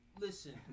Listen